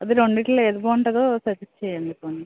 అదే రెండింట్లో ఏది బాగుంటుందో సెర్చ్ చెయ్యండి పోనీ